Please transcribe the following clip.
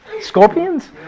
Scorpions